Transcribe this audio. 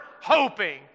hoping